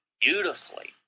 beautifully